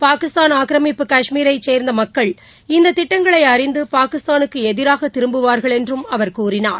பாகிஸ்தான் ஆக்கிரமிப்பு கஷ்மீரை சேர்ந்த மக்கள் இந்த திட்டங்களை அறிந்து பாகிஸ்தானுக்கு எதிராக திரும்புவார்கள் என்று கூறினார்